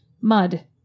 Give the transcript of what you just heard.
mud